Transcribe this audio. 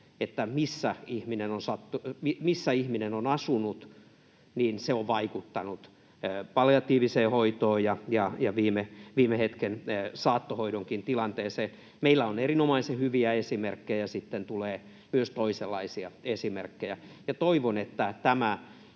missä ihminen on asunut, on vaikuttanut palliatiiviseen hoitoon ja viime hetken saattohoidonkin tilanteeseen. Meillä on erinomaisen hyviä esimerkkejä, ja sitten tulee myös toisenlaisia esimerkkejä. Toivon, että tämä